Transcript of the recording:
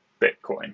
Bitcoin